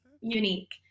unique